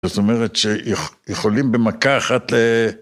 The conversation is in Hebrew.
זאת אומרת שיכולים במכה אחת...